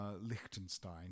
Liechtenstein